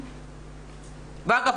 ואגב,